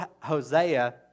Hosea